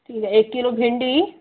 ठीक आहे एक किलो भेंडी